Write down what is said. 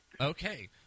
Okay